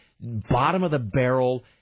bottom-of-the-barrel